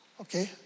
Okay